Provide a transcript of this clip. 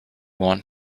want